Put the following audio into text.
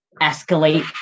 escalate